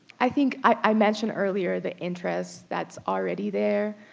i think i mentioned earlier the interest that's already there.